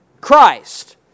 Christ